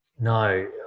no